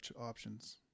options